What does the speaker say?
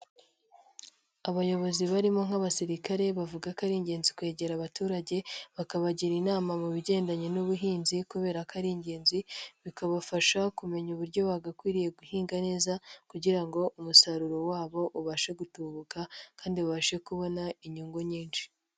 Abayobozi barimo nk'abasirikare bavuga ko ari ingenzi kwegera abaturage bakabagira inama mu bigendanye n'ubuhinzi kubera ko ari ingenzi bikabafasha kumenya uburyo bagakwiriye guhinga neza kugira ngo umusaruro wabo ubashe gutubuka kandi babashe kubona inyungu nyinshi.